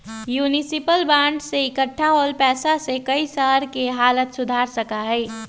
municipal bond से इक्कठा होल पैसा से कई शहर के हालत सुधर सका हई